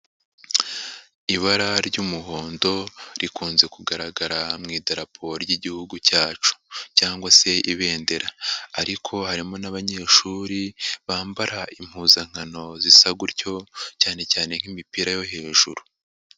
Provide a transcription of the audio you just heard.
Ibara ry'umuhondo rikunze kugaragara mu idaraporo ry'igihugu, cyacu cyangwa se ibendera ariko harimo n'abanyeshuri bambara impuzankano zisa gutyo, cyane cyane nk'imipira yo hejuru